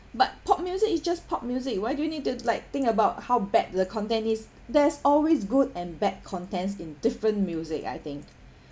but pop music is just pop music you why do you need to like think about how bad the content is there's always good and bad contents in different music I think